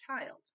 child